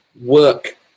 work